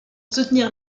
soutenir